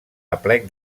aplec